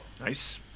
Nice